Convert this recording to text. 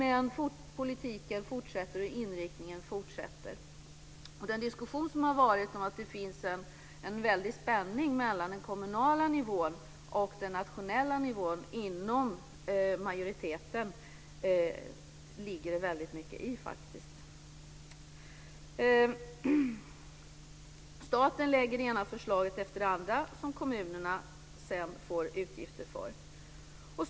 Men politiken fortsätter, och inriktningen fortsätter. Det ligger mycket i den diskussion som har förts om att det finns en väldig spänning mellan den kommunala nivån och den nationella nivån inom majoriteten. Staten lägger fram det ena förslaget efter det andra som kommunerna sedan får utgifter för.